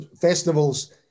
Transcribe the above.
festivals